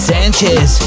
Sanchez